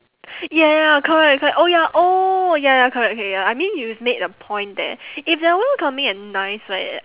ya ya correct correct oh ya oh ya ya correct correct ya I mean you've made a point there if they're welcoming and nice right